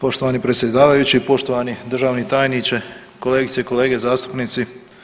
Poštovani predsjedavajući, poštovani državni tajniče, kolegice i kolege zastupnici.